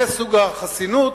זה סוג החסינות.